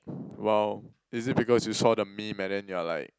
!wow! is it because you saw the meme and then you are like